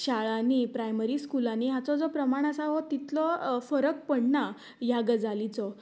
शाळांनी प्रायमरी स्कुलांनी हाचो जो प्रमाण आसा हो तितलो फरक पडना ह्या गजालीचो